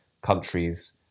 countries